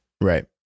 Right